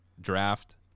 draft